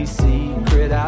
secret